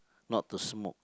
not to smoke